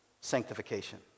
sanctification